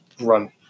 run